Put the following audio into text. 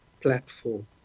platform